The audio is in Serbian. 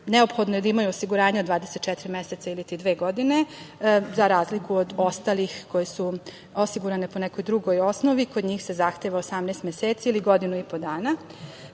neophodno je da imaju osiguranje od 24 mesece ili ti dve godine, za razliku od ostalih koje su osigurane po nekoj drugoj osnovi, kod njih se zahteva 18 meseci ili godinu i po dana,